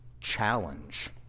challenge